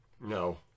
No